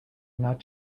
not